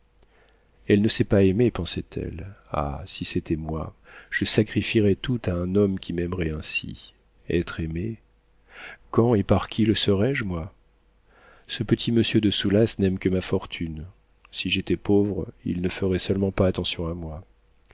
elle ne sait pas aimer pensa-t-elle ah si c'était moi je sacrifierais tout à un homme qui m'aimerait ainsi être aimée quand et par qui le serai-je moi ce petit monsieur de soulas n'aime que ma fortune si j'étais pauvre il ne ferait seulement pas attention à moi